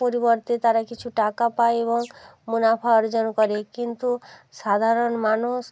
পরিবর্তে তারা কিছু টাকা পায় এবং মুনাফা অর্জন করে কিন্তু সাধারণ মানুষ